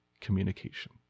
communication